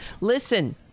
Listen